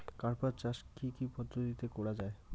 কার্পাস চাষ কী কী পদ্ধতিতে করা য়ায়?